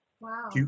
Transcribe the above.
Wow